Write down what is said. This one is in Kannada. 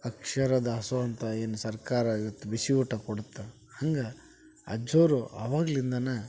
ಅಕ್ಷರ ದಾಸೋಹ ಅಂತ ಏನು ಸರ್ಕಾರ ಇವತ್ತು ಬಿಸಿಯೂಟ ಕೊಡತ್ತೋ ಹಂಗೆ ಅಜ್ಜವರು ಆವಾಗ್ಲಿಂದನೇ